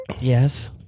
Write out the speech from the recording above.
Yes